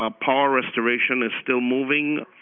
ah power restoration is still moving.